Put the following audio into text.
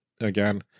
again